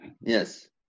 Yes